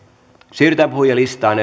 siirrytään puhujalistaan